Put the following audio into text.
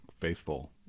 faithful